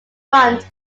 front